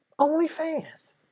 OnlyFans